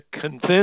convince